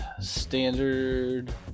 standard